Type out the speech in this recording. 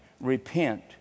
repent